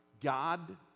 God